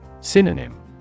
Synonym